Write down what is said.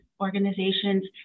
organizations